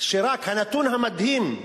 הנתון המדהים הוא